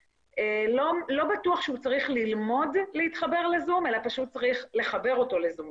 לא בטוח שהוא צריך ללמוד להתחבר לזום אלא פשוט צריך לחבר אותו לזום